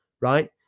right